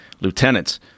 lieutenants